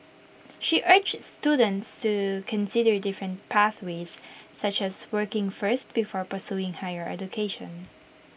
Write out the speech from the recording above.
she urged students to consider different pathways such as working first before pursuing higher education